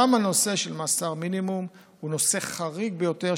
גם הנושא של מאסר מינימום הוא נושא חריג ביותר,